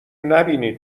نبینی